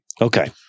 Okay